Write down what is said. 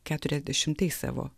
keturiasdešimtais savo